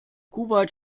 kuwait